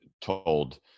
told